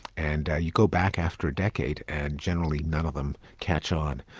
and you go back after a decade and generally none of them catch on.